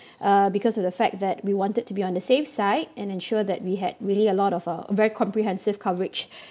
uh because of the fact that we wanted to be on the safe side and ensure that we had really a lot of uh very comprehensive coverage